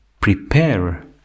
prepare